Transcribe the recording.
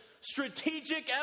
strategic